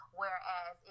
whereas